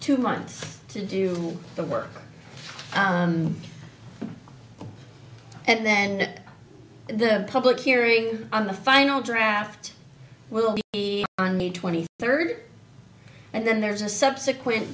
two months to do the work and then the public hearing on the final draft will be on may twenty third and then there's a subsequent